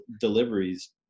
deliveries